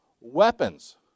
weapons